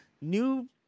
New